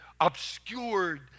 obscured